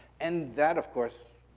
and that, of course,